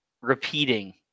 repeating